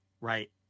right